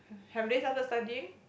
have they started studying